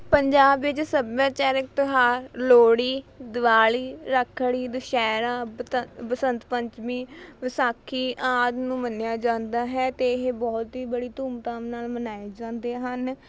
ਪੰਜਾਬ ਵਿੱਚ ਸਭਿਆਚਾਰਕ ਤਿਉਹਾਰ ਲੋਹੜੀ ਦਿਵਾਲੀ ਰੱਖੜੀ ਦੁਸਹਿਰਾ ਬਤੰ ਬਸੰਤ ਪੰਚਮੀ ਵਿਸਾਖੀ ਆਦਿ ਨੂੰ ਮੰਨਿਆ ਜਾਂਦਾ ਹੈ ਅਤੇ ਇਹ ਬਹੁਤ ਹੀ ਬੜੀ ਧੂਮ ਧਾਮ ਨਾਲ ਮਨਾਏ ਜਾਂਦੇ ਹਨ